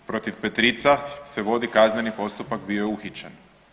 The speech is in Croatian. Protiv Petrica se vodi kazneni postupak bio je uhićen.